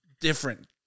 different